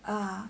ah